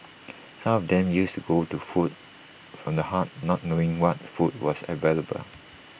some of them used to go to food from the heart not knowing what food was available